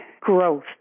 growth